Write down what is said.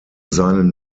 seinen